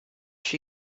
she